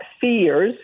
fears